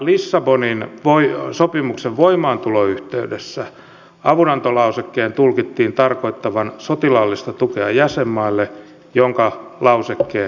lissabonin sopimuksen voimaantulon yhteydessä avunantolausekkeen tulkittiin tarkoittavan sotilaallista tukea jäsenmaalle joka lausekkeen aktivoi